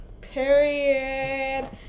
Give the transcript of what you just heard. Period